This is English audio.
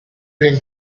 been